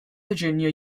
virginia